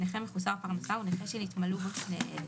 "נכה מחוסר פרנסה" הוא נכה שנתמלאו בו שני אלה: